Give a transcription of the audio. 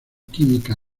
química